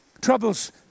troubles